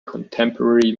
contemporary